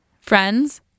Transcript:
Friends